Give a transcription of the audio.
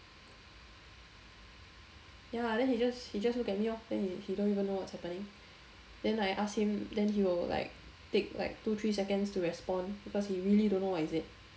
ya then he just he just look at me lor then he don't even know what's happening then i ask him then he will like take like two three seconds to respond because he really don't know what is it